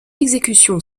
exécution